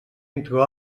entro